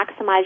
maximize